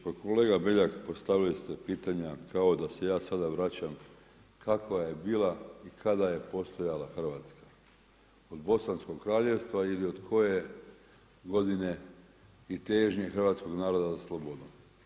Pa kolega BEljak, postavili ste pitanja kao da se ja sada vraćam kakva je bila i kada je postojala Hrvatska od bosanskog kraljevstva ili od koje godine i težnje hrvatskog naroda za slobodom.